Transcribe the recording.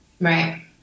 Right